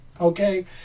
okay